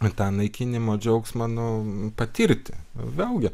tą naikinimo džiaugsmą nu patirti vėlgi